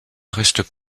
reste